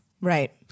Right